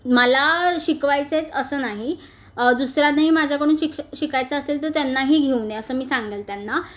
मला शिकवायचंच असं नाही दुसऱ्यांनाही माझ्याकडून शिक्ष शिकायचं असेल तर त्यांनाही घेऊ नये असं मी सांगेल त्यांना